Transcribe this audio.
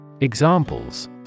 Examples